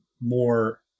more